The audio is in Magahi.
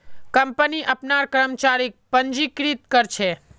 कंपनी अपनार कर्मचारीक पंजीकृत कर छे